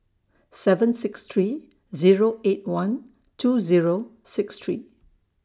seven six three Zero eight one two Zero six three